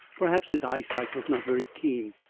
perhaps, his eyesight was not very keen.